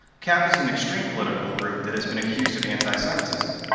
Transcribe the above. cap is an extreme political group that has been accused of anti-semitism.